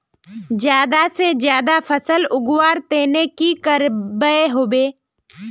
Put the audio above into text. ज्यादा से ज्यादा फसल उगवार तने की की करबय होबे?